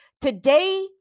Today